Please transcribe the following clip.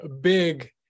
big